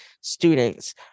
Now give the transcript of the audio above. students